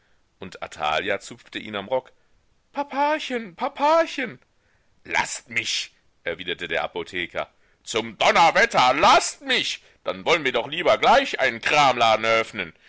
und athalia zupfte ihn am rock papachen papachen laßt mich erwiderte der apotheker zum donnerwetter laßt mich dann wollen wir doch lieber gleich einen kramladen eröffnen